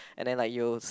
and then like you'll